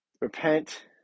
repent